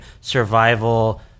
survival